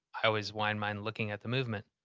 i always wind mine looking at the movement.